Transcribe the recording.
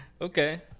Okay